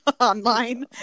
online